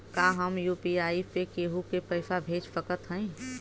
का हम यू.पी.आई से केहू के पैसा भेज सकत हई?